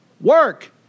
Work